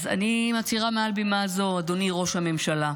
אז אני מצהירה מעל בימה זו: אדוני ראש הממשלה,